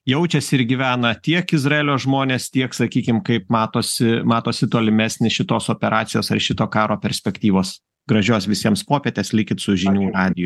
jaučiasi ir gyvena tiek izraelio žmonės tiek sakykim kaip matosi matosi tolimesnės šitos operacijos ar šito karo perspektyvos gražios visiems popietės likit su žinių radiju